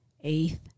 eighth